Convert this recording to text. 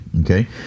okay